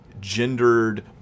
gendered